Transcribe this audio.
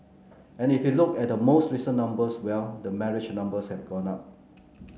and if you look at the most recent numbers well the marriage numbers have gone up